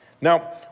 Now